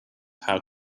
how